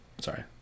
sorry